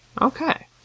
Okay